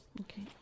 Okay